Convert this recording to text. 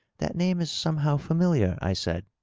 that name is somehow familiar, i said.